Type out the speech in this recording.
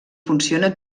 funciona